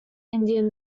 indian